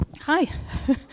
Hi